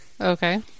Okay